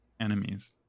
enemies